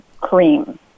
cream